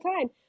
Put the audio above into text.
time